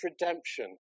redemption